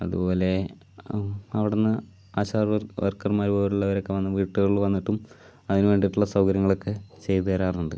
അതുപോലെ അവിടുന്ന് ആശാവർക്കർമാര് പോലുള്ളവരൊക്കെ വന്ന് വീടുകളിൽ വന്നിട്ടും അതിന് വേണ്ടിയിട്ടുള്ള സൗകര്യങ്ങളൊക്കെ ചെയ്ത് തരാറുണ്ട്